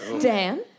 Dan